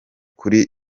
kuri